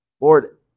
Lord